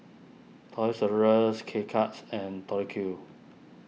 Toys R Us K Cuts and Tori Q